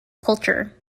culture